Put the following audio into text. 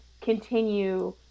continue